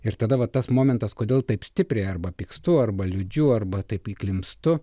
ir tada va tas momentas kodėl taip stipriai arba pykstu arba liūdžiu arba taip įklimpstu